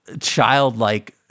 childlike